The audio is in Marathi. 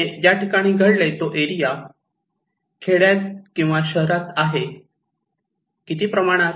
ते ज्या ठिकाणी घडले तो एरिया खेड्यात किंवा शहरात आहे किती प्रमाणात